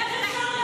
אין דרך אחרת.